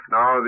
Now